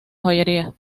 joyería